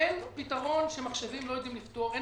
אין פתרון שמחשבים לא יכולים לפתור.